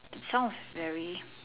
sounds very